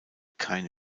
keine